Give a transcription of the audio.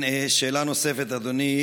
שאלה נוספת, אדוני.